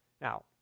Now